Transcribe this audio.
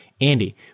Andy